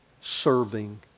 serving